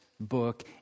book